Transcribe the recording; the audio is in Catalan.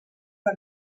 per